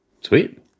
Sweet